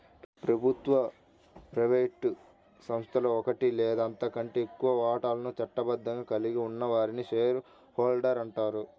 ప్రభుత్వ, ప్రైవేట్ సంస్థలో ఒకటి లేదా అంతకంటే ఎక్కువ వాటాలను చట్టబద్ధంగా కలిగి ఉన్న వారిని షేర్ హోల్డర్ అంటారు